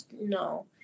No